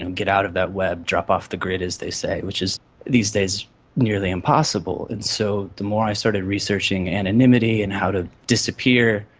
and get out of that web, drop off the grid, as they say, which is these days nearly impossible. and so the more i started researching anonymity and how to disappear,